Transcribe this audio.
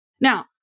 Now